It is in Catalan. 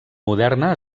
moderna